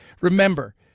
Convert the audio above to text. remember